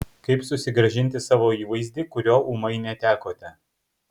kaip susigrąžinti savo įvaizdį kurio ūmai netekote